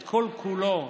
את כל-כולו